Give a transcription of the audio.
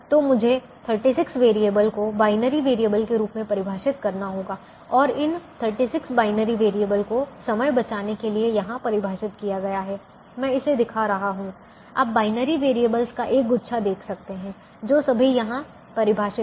तो मुझे 36 वैरिएबल को बाइनरी वैरिएबल के रूप में परिभाषित करना होगा और इन 36 बाइनरी वेरिएबल्स को समय बचाने के लिए यहां परिभाषित किया गया है मैं इसे दिखा रहा हूं आप बाइनरी वैरिएबल्स का एक गुच्छा देख सकते हैं जो सभी यहां परिभाषित हैं